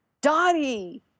Dottie